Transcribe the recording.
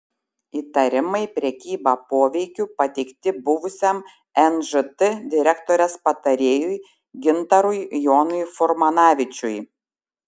įtarimai prekyba poveikiu pateikti buvusiam nžt direktorės patarėjui gintarui jonui furmanavičiui